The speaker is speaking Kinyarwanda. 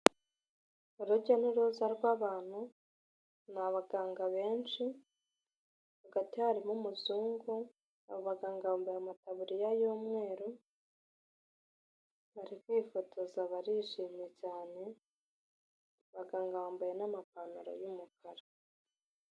Urujya n'uruza rw'abantu ni abaganga benshi hagati harimo umuzungu, abaganga bambaye amataburiya y'umweru bari bifotoza barishima cyane abaganga bambaye n'amapantaro y'umukara.